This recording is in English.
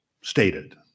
stated